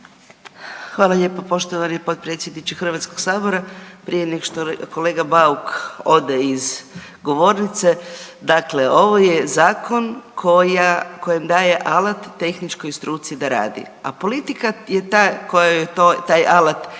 Hvala lijepo poštovani potpredsjedniče HS, prije neg što kolega Bauk ode iz govornice, dakle ovo je zakon koji daje alat tehničkoj struci da radi, a politika je ta koja joj taj alat iz